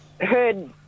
heard